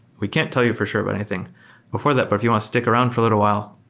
we can't tell you for sure about anything before that, but if you want to stick around for a little while,